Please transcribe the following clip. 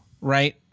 right